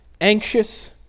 anxious